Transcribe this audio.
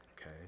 Okay